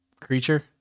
creature